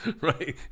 right